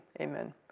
amen